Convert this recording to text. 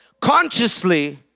consciously